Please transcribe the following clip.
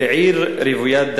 לעיר רוויית דם,